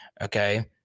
Okay